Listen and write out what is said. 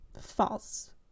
False